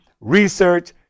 research